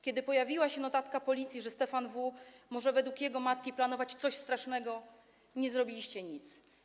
Kiedy pojawiła się notatka policji, że Stefan W., według jego matki, może planować coś strasznego, nie zrobiliście nic.